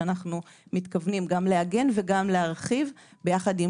שאנחנו מתכוונים גם לעגן וגם להרחיב יחד עם